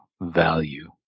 value